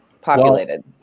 populated